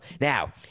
Now